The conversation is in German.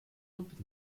und